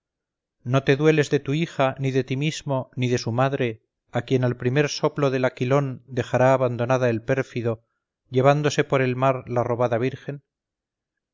no te dueles de tu hija ni de ti mismo ni de su madre a quien al primer soplo del aquilón dejará abandonada el pérfido llevándose por el mar la robada virgen